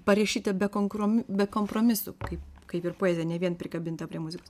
parašyta be konkro be kompromisų kaip kaip ir poezija ne vien prikabinta prie muzikos